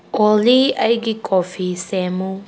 ꯑꯣꯂꯤ ꯑꯩꯒꯤ ꯀꯣꯐꯤ ꯁꯦꯝꯃꯨ